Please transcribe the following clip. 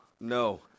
No